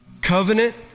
covenant